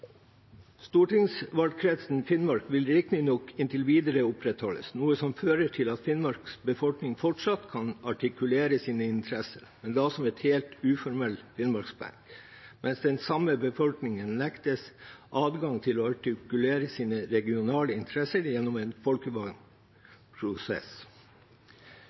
Stortingsvalgkretsen Finnmark vil riktignok inntil videre opprettholdes, noe som fører til at Finnmarks befolkning fortsatt kan artikulere sine interesser, men da som en helt uformell Finnmarks-benk, mens den samme befolkningen nektes adgang til å artikulere sine regionale interesser gjennom en folkevalgt prosess.